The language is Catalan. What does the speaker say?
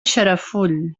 xarafull